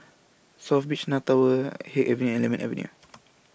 South Beach North Tower Haig Avenue and Lemon Avenue